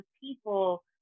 people